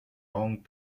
long